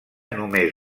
només